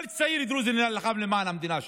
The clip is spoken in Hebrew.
כל צעיר דרוזי נלחם למען המדינה שלו.